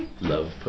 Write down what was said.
Love